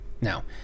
Now